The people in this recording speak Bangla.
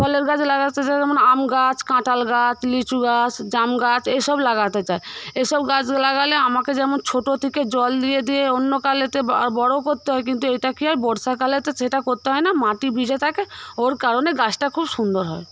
ফলের গাছ লাগাতে চাই যেমন আমগাছ কাঁঠালগাছ লিচুগাছ জামগাছ এইসব লাগাতে চাই এইসব গাছ লাগালে আমাকে যেমন ছোটো থেকে জল দিয়ে দিয়ে অন্যকালেতে বড়ো করতে হয় কিন্তু এটা কি হয় বর্ষাকালেতে সেইটা করতে হয় না মাটি ভিজে থাকে ওর কারণে গাছটা খুব সুন্দর হয়